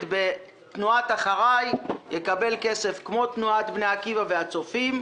בתנועת "אחרי" יקבל כסף כמו תנועות בני עקיבא והצופים.